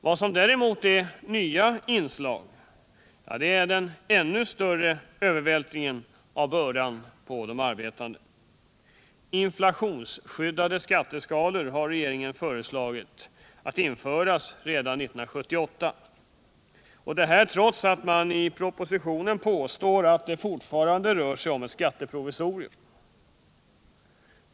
Ett nytt inslag är däremot den ännu större övervältringen av bördan på de arbetande. Regeringen har föreslagit att inflationsskyddade skatteskalor skall införas redan 1978, trots att man i propositionen påstår att det fortfarande rör sig om ett skatteprovisorium.